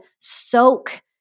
soak